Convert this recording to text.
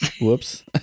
whoops